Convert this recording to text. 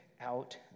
out